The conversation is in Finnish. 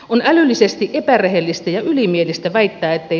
on älyllisesti epärehellistä ja ylimielistä väittää ettei